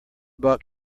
bought